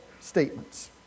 statements